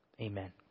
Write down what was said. Amen